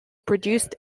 produced